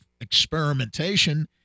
experimentation